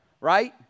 Right